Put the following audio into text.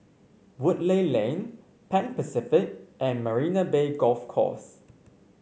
Woodleigh Lane Pan Pacific and Marina Bay Golf Course